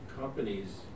companies